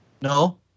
no